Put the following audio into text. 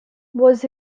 was